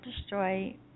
destroy